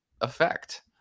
effect